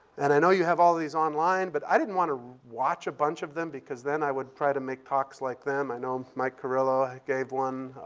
and i know you have all these online, but i didn't want to watch a bunch of them because then i would try to make talks like them. i know mike curillo gave one,